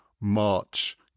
march